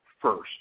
first